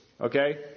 Okay